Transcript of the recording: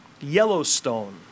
Yellowstone